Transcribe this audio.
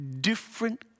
different